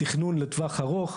תכנון לטווח ארוך,